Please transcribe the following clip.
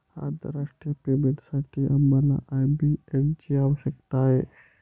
आंतरराष्ट्रीय पेमेंटसाठी आम्हाला आय.बी.एन ची आवश्यकता आहे